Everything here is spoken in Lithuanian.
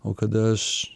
o kada aš